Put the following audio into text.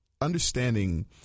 understanding